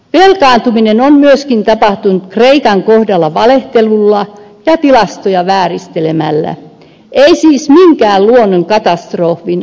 velkaantuminen on myöskin tapahtunut kreikan kohdalla valehtelulla ja tilastoja vääristelemällä ei siis minkään luonnonkatastrofin aiheuttamana